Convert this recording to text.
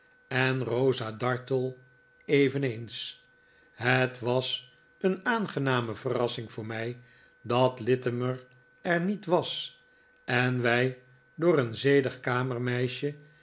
en rosa dartle eveneens het was een aangename verrassing voor mij dat littimer er niet was en wij door een zedig